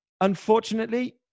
unfortunately